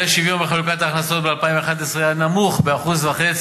האי-שוויון בחלוקת ההכנסות ב-2011 היה נמוך ב-1.5%,